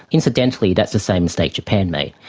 incidentally that's the same mistake japan made.